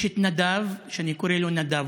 יש את נדב, שאני קורא לו נדבוש,